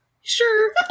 Sure